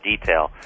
detail